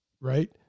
right